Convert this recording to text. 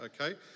okay